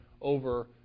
over